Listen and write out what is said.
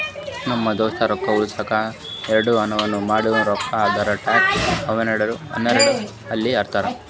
ನಮ್ ದೋಸ್ತ ರೊಕ್ಕಾ ಉಳುಸ್ಲಕ್ ಎರಡು ಇನ್ಸೂರೆನ್ಸ್ ಮಾಡ್ಸ್ಯಾನ್ ಯಾಕ್ ಅಂದುರ್ ಟ್ಯಾಕ್ಸ್ ಅವೈಡ್ ಆಲಿ ಅಂತ್